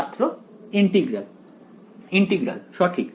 ছাত্র integral integral সঠিক